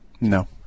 No